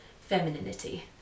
femininity